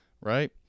Right